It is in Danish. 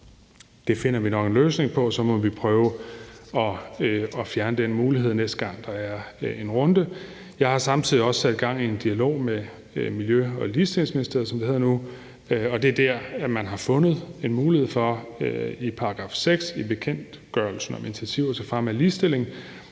det finder vi nok en løsning på, og så må vi prøve at fjerne den mulighed, næste gang der er en runde. Jeg har samtidig også sat gang i en dialog med Miljø- og Ligestillingsministeriet, som det hedder nu, og det er der, man har fundet en mulighed i § 6 i bekendtgørelsen om initiativer til fremme af ligestilling